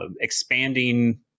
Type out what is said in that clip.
expanding